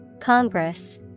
Congress